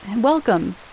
welcome